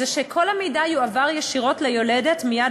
הוא שכל המידע יועבר ישירות ליולדת מייד